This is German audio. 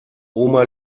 oma